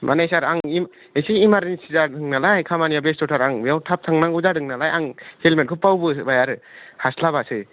माने सार आं इउ एसे इमारजेनसि जादों नालाय खामानिया बेस्थ'थार आं बेयाव थाब थांनांगौ जादों नालाय आं हेल्मेटखौ बावबोबाय आरो हास्लाबासै